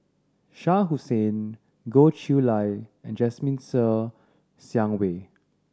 Shah Hussain Goh Chiew Lye and Jasmine Ser Xiang Wei